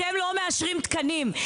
אתם לא מאשרים תקנים,